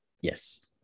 Yes